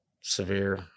severe